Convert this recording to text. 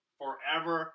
forever